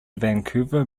vancouver